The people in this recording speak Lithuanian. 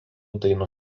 dainų